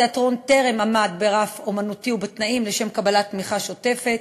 התיאטרון טרם עמד ברף האמנותי ובתנאים לשם קבלת תמיכה שוטפת.